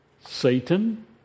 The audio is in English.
Satan